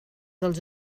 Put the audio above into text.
dels